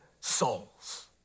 souls